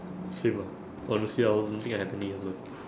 same ah honestly I don't think I have any also